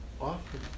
often